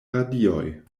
radioj